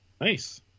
Nice